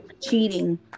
cheating